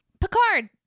Picard